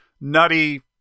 nutty